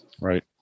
Right